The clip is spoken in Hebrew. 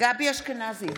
גבי אשכנזי,